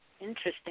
interesting